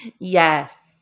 Yes